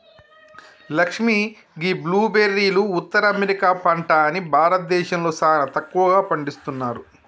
లక్ష్మీ గీ బ్లూ బెర్రీలు ఉత్తర అమెరికా పంట అని భారతదేశంలో సానా తక్కువగా పండిస్తున్నారు